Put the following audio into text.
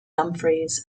dumfries